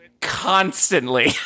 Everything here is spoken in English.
constantly